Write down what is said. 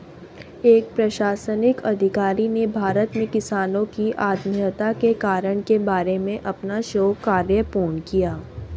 एक प्रशासनिक अधिकारी ने भारत में किसानों की आत्महत्या के कारण के बारे में अपना शोध कार्य पूर्ण किया